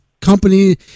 company